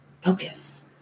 Focus